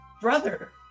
brother